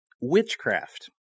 Witchcraft